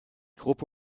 gruppe